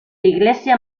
iglesia